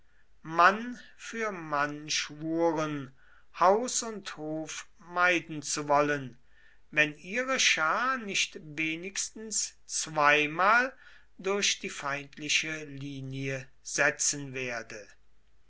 mann für mann schwuren haus und hof meiden zu wollen wenn ihre schar nicht wenigstens zweimal durch die feindliche linie setzen werde